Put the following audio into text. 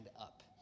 up